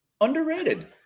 underrated